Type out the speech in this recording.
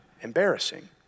embarrassing